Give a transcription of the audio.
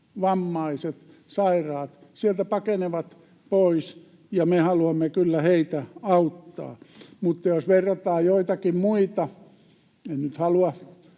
vammaiset, sairaat, sieltä pakenevat pois, ja me haluamme kyllä heitä auttaa. Jos verrataan joitakin muita, en nyt halua